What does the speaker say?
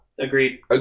Agreed